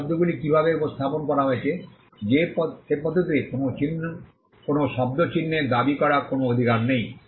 এই শব্দগুলি কীভাবে উপস্থাপন করা হয়েছে সে পদ্ধতিতে কোনও শব্দ চিহ্নে দাবি করা কোনও অধিকার নেই